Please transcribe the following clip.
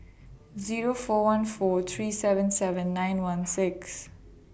Zero four one four three seven seven nine one six